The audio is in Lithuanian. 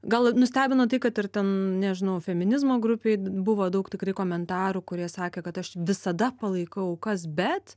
gal nustebino tai kad ir ten nežinau feminizmo grupėj buvo daug tikrai komentarų kurie sakė kad aš visada palaikau aukas bet